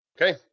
Okay